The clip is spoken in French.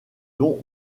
dont